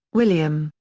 william,